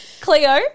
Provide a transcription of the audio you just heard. Cleo